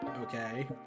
okay